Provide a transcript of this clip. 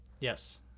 Yes